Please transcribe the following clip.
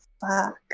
fuck